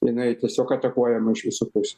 jinai tiesiog atakuojama iš visų pusių